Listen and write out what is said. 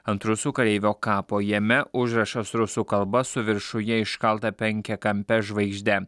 ant rusų kareivio kapo jame užrašas rusų kalba su viršuje iškalta penkiakampe žvaigžde